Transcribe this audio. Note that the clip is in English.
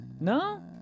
no